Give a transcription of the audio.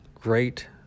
Great